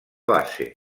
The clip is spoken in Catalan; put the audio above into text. base